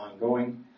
ongoing